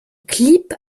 clip